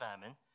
famine